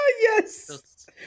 Yes